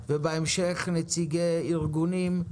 ובהמשך נציגי ארגונים,